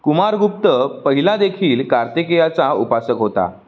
कुमारगुप्त पहिला देखील कार्तिकेयाचा उपासक होता